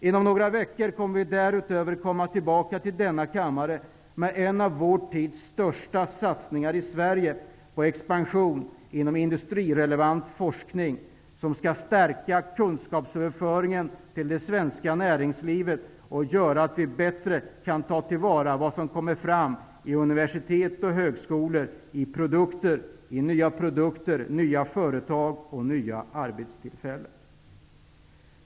Inom några veckor kommer vi därutöver tillbaka till denna kammare med en av vår tids största satsningar i Sverige på expansion inom industrirelevant forskning, som skall stärka kunskapsöverföringen till det svenska näringslivet och göra att vi bättre kan ta till vara vad som kommer fram i universitet och högskolor, i nya produkter, nya företag och nya arbetstillfällen.